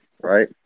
right